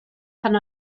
pan